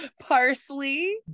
parsley